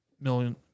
million